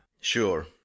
Sure